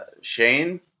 Shane